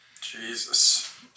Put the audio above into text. Jesus